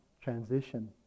transition